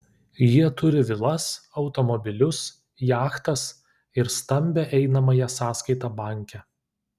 jie turi vilas automobilius jachtas ir stambią einamąją sąskaitą banke